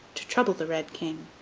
to trouble the red king.